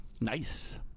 nice